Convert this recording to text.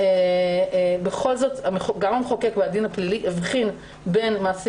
גם המחוקק והדין הפלילי הבחין בין מעשים